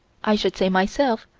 i should say, myself,